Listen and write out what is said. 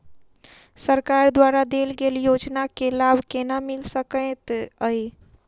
सरकार द्वारा देल गेल योजना केँ लाभ केना मिल सकेंत अई?